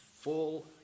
full